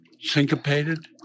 syncopated